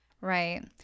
right